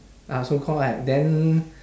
ah so call right then